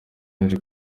yaje